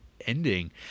ending